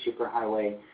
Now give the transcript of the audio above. Superhighway